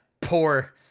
poor